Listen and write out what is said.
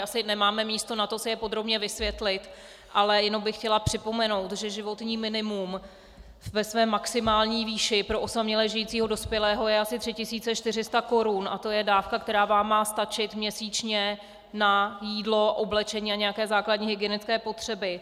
Asi nemáme místo na to si je podrobně vysvětlit, ale jenom bych chtěla připomenout, že životní minimum ve své maximální výši pro osaměle žijícího dospělého je asi 3 400 korun a to je dávka, která vám má stačit měsíčně na jídlo, oblečení a nějaké základní hygienické potřeby.